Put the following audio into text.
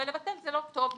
אבל לבטל זה לא טוב לי.